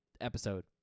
episode